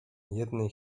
jednej